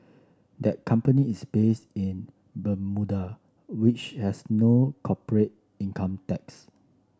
that company is based in Bermuda which has no corporate income tax